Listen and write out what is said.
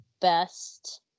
best